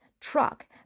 truck